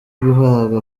guhabwa